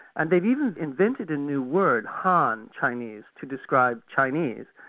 and they've even invented a new word, han chinese, to describe chinese,